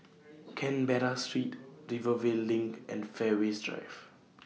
Canberra Street Rivervale LINK and Fairways Drive